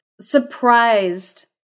surprised